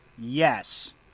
Yes